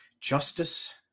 Justice